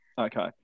Okay